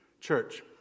Church